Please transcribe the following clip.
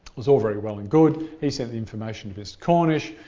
was all very well and good. he sent the information to mr cornish.